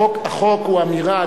החוק הוא אמירה,